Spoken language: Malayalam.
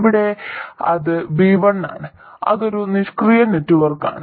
ഇവിടെ അത് v1 ആണ് അതൊരു നിഷ്ക്രിയ നെറ്റ്വർക്കാണ്